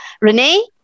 Renee